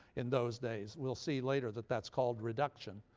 in those days. we'll see later that that's called reduction.